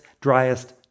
driest